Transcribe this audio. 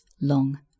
long